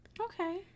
Okay